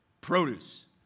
produce